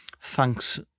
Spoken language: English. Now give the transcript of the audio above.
thanks